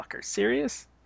serious